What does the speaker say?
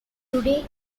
today